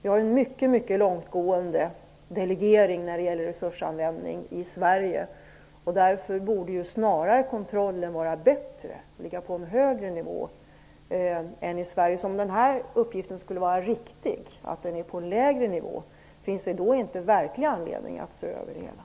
Vi har en mycket långtgående delegering av resursanvändningen i Sverige. Kontrollen borde alltså snarare vara bättre, och ligga på en högre nivå än i andra länder. Om uppgiften om att den ligger på en lägre nivå är riktig borde det finnas verklig anledning att se över detta.